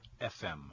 FM